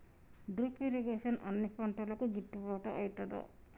Drip irrigation అన్ని పంటలకు గిట్టుబాటు ఐతదా?